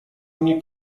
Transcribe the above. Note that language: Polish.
mnie